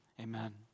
amen